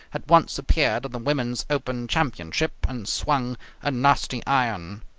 had once appeared in the women's open championship and swung a nasty iron.